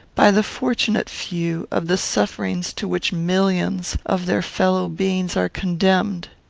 by the fortunate few, of the sufferings to which millions of their fellow-beings are condemned.